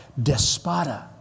Despota